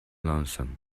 lonesome